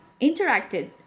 interacted